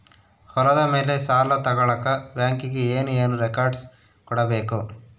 ಹೊಲದ ಮೇಲೆ ಸಾಲ ತಗಳಕ ಬ್ಯಾಂಕಿಗೆ ಏನು ಏನು ರೆಕಾರ್ಡ್ಸ್ ಕೊಡಬೇಕು?